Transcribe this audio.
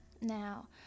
Now